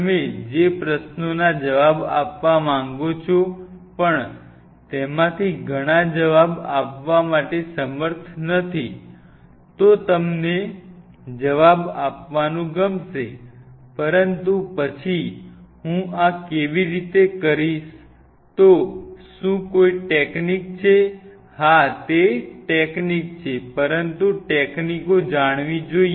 તમે જે પ્રશ્નોના જવાબ આપવા માંગો છો પણ તેમાંથી ઘણા જવાબ આપવા માટે સમર્થ નથી તો તમને જવાબ આપવાનું ગમશે પરંતુ પછી હું આ કેવી રીતે કરીશ તો શું કોઈ ટેકનીક છે હા તે ટેકનીક છે પરંતુ ટેકનીકો જાણવી જોઈએ